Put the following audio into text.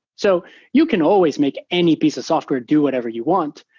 so you can always make any piece of software do whatever you want.